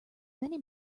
many